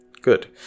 Good